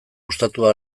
ostatua